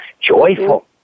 joyful